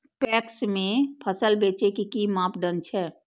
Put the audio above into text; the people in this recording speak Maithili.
पैक्स में फसल बेचे के कि मापदंड छै?